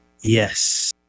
Yes